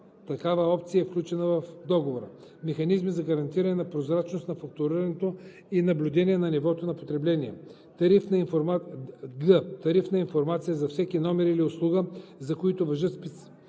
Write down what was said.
такава опция е включена в договора; в) механизми за гарантиране на прозрачност на фактурирането и наблюдение на нивото на потребление; г) тарифна информация за всеки номер или услуга, за които важат